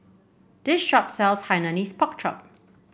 this shop sells Hainanese Pork Chop